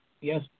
Yes